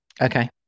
Okay